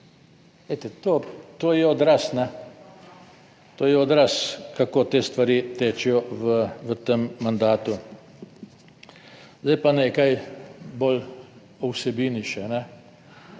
To je odraz kako te stvari tečejo v tem mandatu. Zdaj pa nekaj bolj o vsebini še.